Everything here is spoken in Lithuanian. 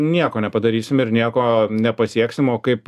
nieko nepadarysim ir nieko nepasieksim o kaip